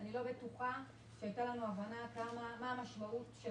בטוחה שהייתה לנו הבנה מה המשמעות של